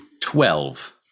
Twelve